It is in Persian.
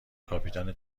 کاپیتان